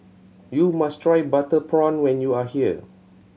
you must try butter prawn when you are here